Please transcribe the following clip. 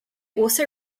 also